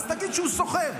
אז תגיד שהוא סוחר.